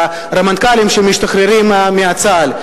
הרמטכ"לים שמשתחררים מצה"ל.